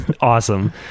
awesome